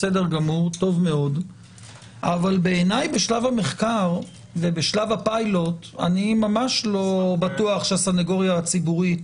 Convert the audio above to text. אבל בעיניי בשלב המחקר ובשלב הפילוט אני ממש לא בטוח שהסנגוריה הציבורית